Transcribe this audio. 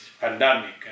pandemic